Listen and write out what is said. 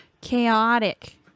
Chaotic